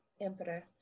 Emperor